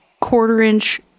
quarter-inch